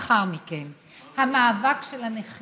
אבל מייד לאחר מכן המאבק של הנכים,